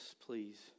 please